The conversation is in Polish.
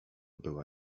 była